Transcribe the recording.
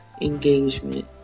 engagement